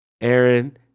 Aaron